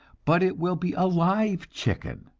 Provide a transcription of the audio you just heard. but it will be a live chicken,